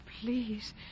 Please